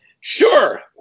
Sure